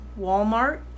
Walmart